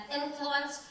influence